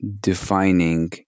defining